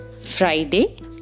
Friday